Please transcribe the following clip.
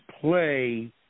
play